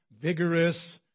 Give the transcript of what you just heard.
vigorous